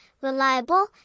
reliable